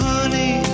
Honey